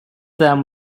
them